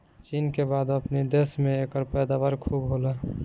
चीन के बाद अपनी देश में एकर पैदावार खूब होला